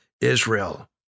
Israel